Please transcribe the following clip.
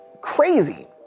crazy